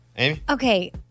Okay